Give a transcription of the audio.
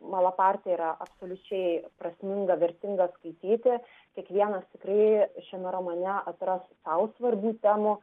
malapartę yra absoliučiai prasminga vertinga skaityti kiekvienas tikrai šiame romane atras sau svarbių temų